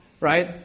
right